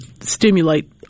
stimulate